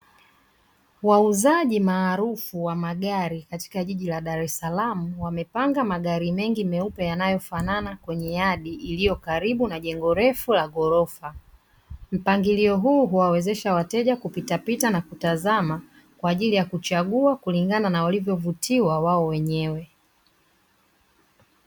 Wauzaji maarufu wa magari katika jiji la Dar es salaam wamepanga magari mengi meupe yanayofanana kwenye yadi iliyokaribu na jengo refu la ghirofa, mpangilio huu huwawezesha wateja kupitapita na kutazama kwaajili ya kuchagua kulingana na walivyovutiwa wao wenyewe.